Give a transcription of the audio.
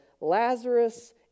lazarus